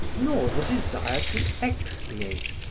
nor the desire to expiate,